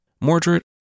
Mordred